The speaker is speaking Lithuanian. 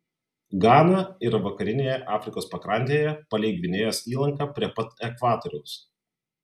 gana yra vakarinėje afrikos pakrantėje palei gvinėjos įlanką prie pat ekvatoriaus